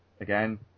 Again